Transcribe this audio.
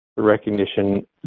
recognition